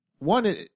One